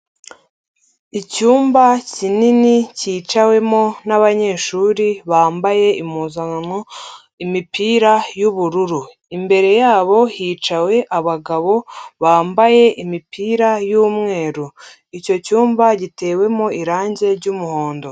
Icyumba kinini cyicawemo n'abanyeshuri bambaye impuzankano, imipira y'ubururu. Imbere yabo hicawe abagabo bambaye imipira y'umweru. Icyo cyumba gitewemo irangi ry'umuhondo.